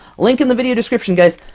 link in the video description guys!